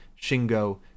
Shingo